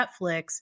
Netflix